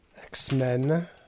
X-Men